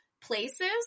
places